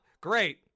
great